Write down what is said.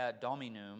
dominum